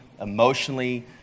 emotionally